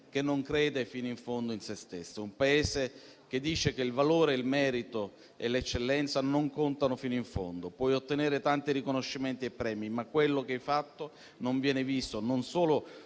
che non crede fino in fondo in sé stesso. È un Paese che dice che il valore, il merito e l'eccellenza non contano fino in fondo, che puoi ottenere tanti riconoscimenti e premi, ma quello che hai fatto viene visto non solo